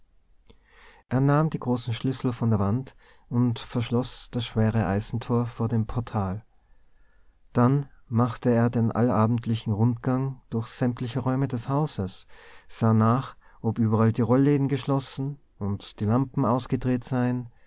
er nahm die großen schlüssel von der wand und verschloß das schwere eisentor vor dem portal dann machte er den allabendlichen rundgang durch sämtliche räume des hauses sah nach ob überall die rolläden geschlossen und die lampen ausgedreht seien